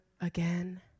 again